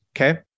Okay